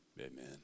amen